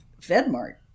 FedMart